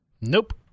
Nope